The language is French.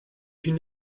une